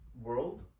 world